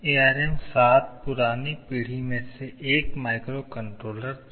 ARM7 पुरानी पीढ़ी में से एक माइक्रोकंट्रोलर था